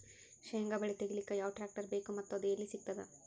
ಶೇಂಗಾ ಬೆಳೆ ತೆಗಿಲಿಕ್ ಯಾವ ಟ್ಟ್ರ್ಯಾಕ್ಟರ್ ಬೇಕು ಮತ್ತ ಅದು ಎಲ್ಲಿ ಸಿಗತದ?